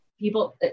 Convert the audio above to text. People